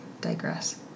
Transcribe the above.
digress